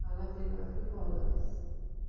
ଖାନାପିନା ବାକି ଭଲ୍ ଲାଗ୍ସି